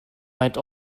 meint